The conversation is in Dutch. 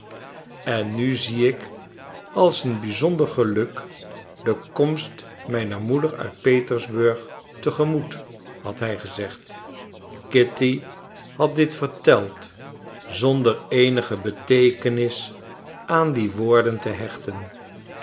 en nu zie ik als een bizonder geluk de komst mijner moeder uit petersburg te gemoet had hij gezegd kitty had dit verteld zonder eenige beteekenis aan die woorden te hechten